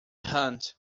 hunt